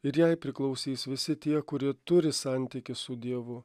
ir jai priklausys visi tie kurie turi santykį su dievu